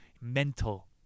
Mental